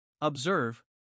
Observe